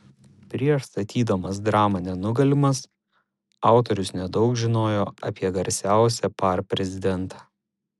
prieš statydamas dramą nenugalimas autorius nedaug žinojo apie garsiausią par prezidentą